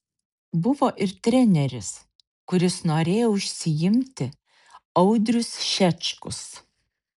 buvo ir treneris kuris norėjo užsiimti audrius šečkus